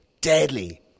deadly